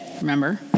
Remember